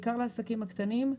בעיקר לעסקים הקטנים,